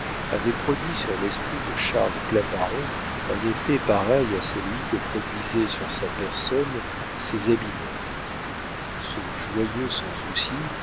avait produit sur l'esprit de charles claparon un effet pareil à celui que produisaient sur sa personne ses habits neufs ce joyeux sans souci